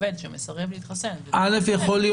עובד שמסרב להתחסן --- יכול להיות